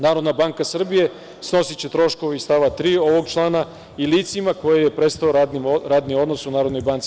Narodna banka Srbije snosiće troškove iz stava 3. ovog člana i licima kojima je prestao radni odnos u NBS.